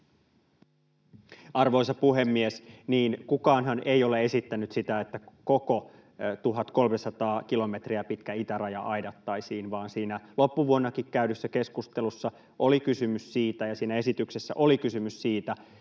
Arvoisa puhemies! Niin, kukaanhan ei ole esittänyt sitä, että koko 1 300 kilometriä pitkä itäraja aidattaisiin, vaan siinä loppuvuonnakin käydyssä keskustelussa ja siinä esityksessä oli kysymys siitä,